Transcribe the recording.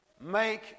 make